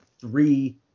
three